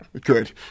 good